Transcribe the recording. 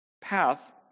path